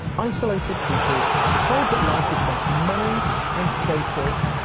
isolated people told that life is about money and status,